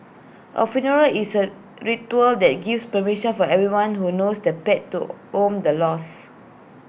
A funeral is A ritual that gives permission for everyone who knows the pet to own the loss